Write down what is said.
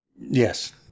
Yes